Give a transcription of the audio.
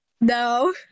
No